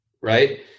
Right